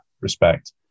respect